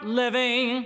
living